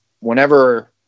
whenever